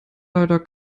leider